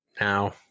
now